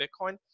Bitcoin